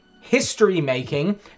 history-making